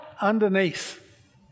underneath